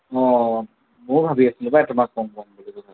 অঁ ময়ো ভাবি আছিলোঁ পায় তোমাক ক'ম ক'ম বুলি কথাটো